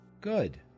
Good